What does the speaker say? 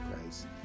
christ